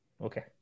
okay